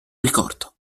ricordo